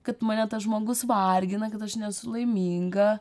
kad mane tas žmogus vargina kad aš nesu laiminga